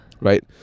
Right